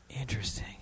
Interesting